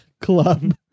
Club